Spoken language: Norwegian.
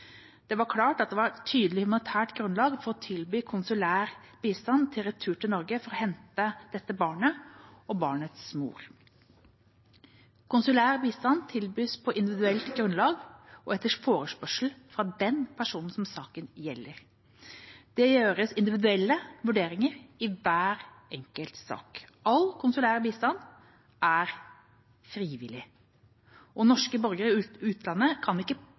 Det var klart at det var et tydelig humanitært grunnlag for å tilby konsulær bistand til retur til Norge for å hente dette barnet og barnets mor. Konsulær bistand tilbys på individuelt grunnlag og etter forespørsel fra den personen som saken gjelder. Det gjøres individuelle vurderinger i hver enkelt sak. All konsulær bistand er frivillig, og norske borgere i utlandet kan ikke